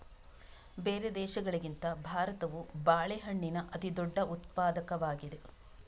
ಬೇರೆ ದೇಶಗಳಿಗಿಂತ ಭಾರತವು ಬಾಳೆಹಣ್ಣಿನ ಅತಿದೊಡ್ಡ ಉತ್ಪಾದಕವಾಗಿದೆ